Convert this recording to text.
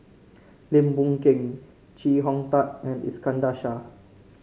Lim Boon Keng Chee Hong Tat and Iskandar Shah